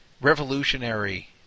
revolutionary